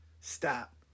stop